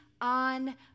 on